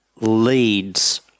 leads